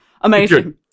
Amazing